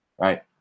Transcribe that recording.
right